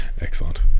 Excellent